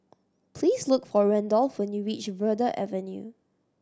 please look for Randolf when you reach Verde Avenue